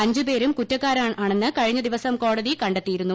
അഞ്ചു പേരും കുറ്റക്കാരാണെന്ന് കഴിഞ്ഞ ദിവസം കോടതി കണ്ടെത്തിയിരുന്നു